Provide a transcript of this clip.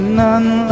none